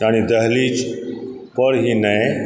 यानि दहलीज पर ही नहि